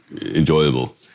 enjoyable